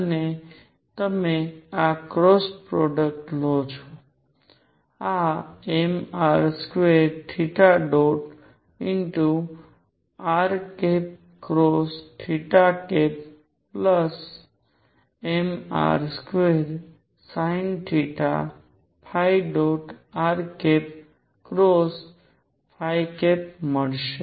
અને તમે આ ક્રોસ પ્રોડક્ટ લો છો આ mr2rmr2sinθr મળશે